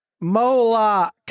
Moloch